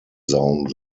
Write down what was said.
zone